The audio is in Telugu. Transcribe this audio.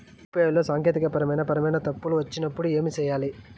యు.పి.ఐ లో సాంకేతికపరమైన పరమైన తప్పులు వచ్చినప్పుడు ఏమి సేయాలి